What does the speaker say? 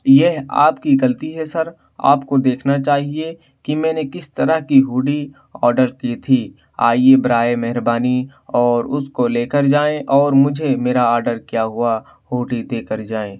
یہ آپ کی غلطی ہے سر آپ کو دیکھنا چاہیے کہ میں نے کس طرح کی ہوڈی آرڈر کی تھی آئیے برائے مہربانی اور اس کو لے کر جائیں اور مجھے میرا آرڈر کیا ہوا ہوڈی دے کر جائیں